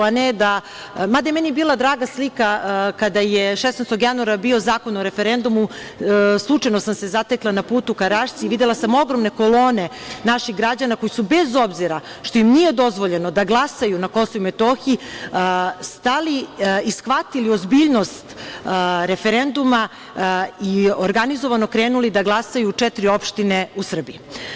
Mada je meni bila draga slika, kada je 16. januara bio Zakon o referendumu, slučajno sam se zatekla na putu ka Rašci i videla sam ogromne kolone naših građana koji su, bez obzira što im nije dozvoljeno da glasaju na KiM, stali i shvatili obziljnost referenduma i organizovano krenuli da glasaju u četiri opštine u Srbiji.